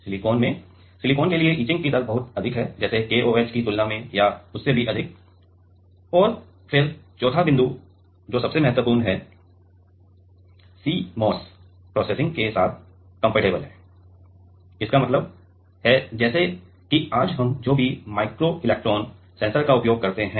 silicon में silicon के लिए इचिंग की दर बहुत अधिक है जैसे KOH की तुलना में या उससे भी अधिक और फिर चौथा बिंदु सबसे महत्वपूर्ण है जो CMOS प्रोसेसिंग के साथ कम्पेटिबल है इसका मतलब है जैसे कि आज हम जो भी माइक्रो इलेक्ट्रॉन सेंसर का उपयोग करते हैं